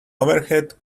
overhead